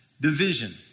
division